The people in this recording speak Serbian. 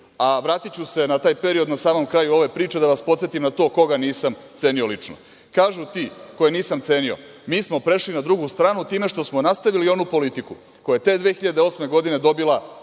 lično. Vratiću se na taj period na samom kraju ove priče, da vas podsetim na to koga nisam cenio lično. Kažu ti koje nisam cenio – mi smo prešli na drugu stranu time što smo nastavili onu politiku koja je te 2008. godine dobila